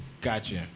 Gotcha